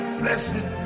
blessed